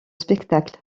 spectacle